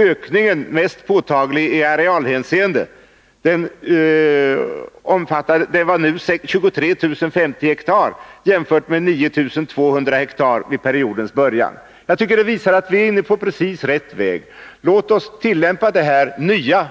Ökningen är mest påtaglig i arealhänseende och omfattar nu 23 050 hektar jämfört med 9 200 hektar vid periodens början. Jag tycker att det visar att vi är inne på precis rätt väg. Låt oss tillämpa det nya